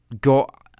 got